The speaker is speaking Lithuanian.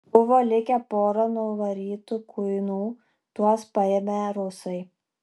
buvo likę pora nuvarytų kuinų tuos paėmę rusai